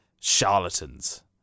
charlatans